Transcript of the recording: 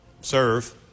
serve